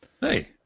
hey